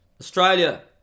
Australia